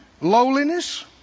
Lowliness